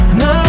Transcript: no